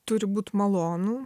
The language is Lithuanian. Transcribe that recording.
turi būt malonu